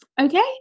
okay